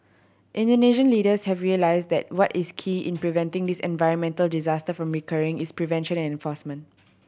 Indonesian leaders have realised that what is key in preventing this environmental disaster from recurring is prevention and enforcement